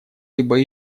либо